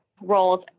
roles